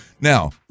now